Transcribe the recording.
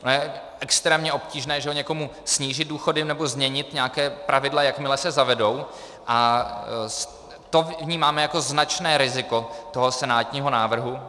Je extrémně obtížné někomu snížit důchody nebo změnit nějaká pravidla, jakmile se zavedou, a to vnímáme jako značné riziko toho senátního návrhu.